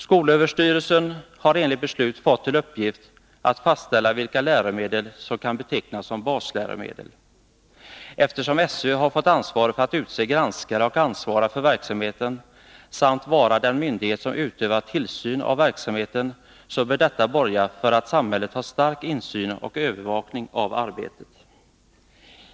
Skolöverstyrelsen har enligt beslutet fått i uppgift att fastställa vilka läromedel som kan betecknas som basläromedel. SÖ har fått i uppdrag att utse granskare och att ansvara för verksamheten samt att vara den myndighet som utövar tillsyn av verksamheten. Det bör borga för att samhället har stark insyn och övervakning av arbetet.